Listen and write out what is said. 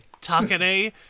Takane